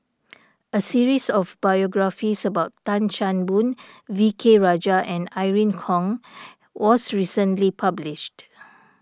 a series of biographies about Tan Chan Boon V K Rajah and Irene Khong was recently published